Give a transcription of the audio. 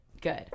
good